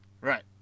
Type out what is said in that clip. Right